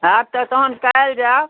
होयत तऽ तहन काल्हि जायब